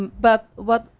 but what,